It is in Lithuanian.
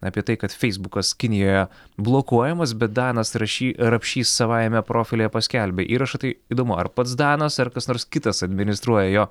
apie tai kad feisbukas kinijoje blokuojamas bet danas rašy rapšys savajame profilyje paskelbė įrašą tai įdomu ar pats danas ar kas nors kitas administruoja jo